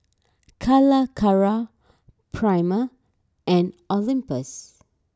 Calacara Prima and Olympus